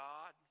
God